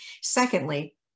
Secondly